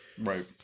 right